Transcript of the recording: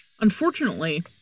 Unfortunately